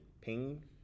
Ping